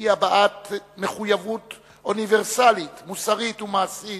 היא הבעת מחויבות אוניברסלית, מוסרית ומעשית